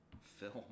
film